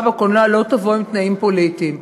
בקולנוע לא תבוא עם תנאים פוליטיים.